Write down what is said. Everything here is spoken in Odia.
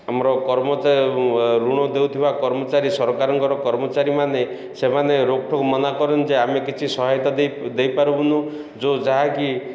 ଆମର ଋଣ ଦେଉଥିବା କର୍ମଚାରୀ ସରକାରଙ୍କର କର୍ମଚାରୀମାନେ ସେମାନେ ରୋକ୍ ଠୋକ୍ ମନା କରନ୍ତି ଯେ ଆମେ କିଛି ସହାୟତା ଦେଇପାରିବୁନୁ ଯେଉଁ ଯାହାକି